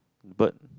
bird